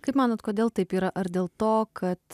kaip manot kodėl taip yra ar dėl to kad